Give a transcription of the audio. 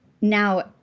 Now